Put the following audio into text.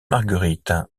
marguerite